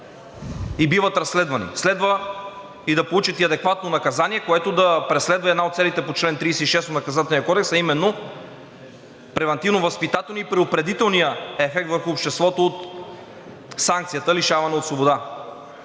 и биват разследвани, следва да получат и адекватно наказание, което да преследва и една от целите по чл. 36 от Наказателния кодекс, а именно превантивно-възпитателния и предупредителния ефект в обществото от санкция лишаване от свобода.